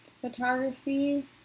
photography